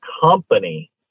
company